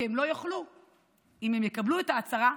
כי אם הם יקבלו את ההצהרה,